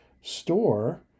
store